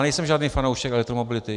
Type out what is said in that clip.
Nejsem žádný fanoušek elektromobility.